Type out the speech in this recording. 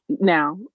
Now